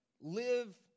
live